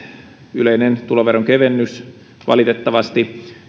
yleinen tuloveron kevennys valitettavasti